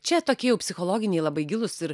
čia tokie jau psichologiniai labai gilūs ir